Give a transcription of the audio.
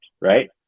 right